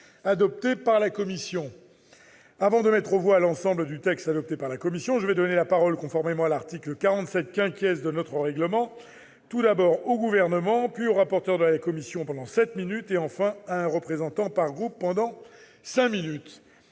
adopté par la commission. Avant de mettre aux voix l'ensemble du texte adopté par la commission, je vais donner la parole, conformément à l'article 47 de notre règlement, au Gouvernement, puis au rapporteur de la commission, pour sept minutes, et enfin à un représentant par groupe, pour cinq minutes.